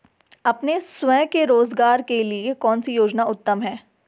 अपने स्वयं के रोज़गार के लिए कौनसी योजना उत्तम है?